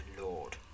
lord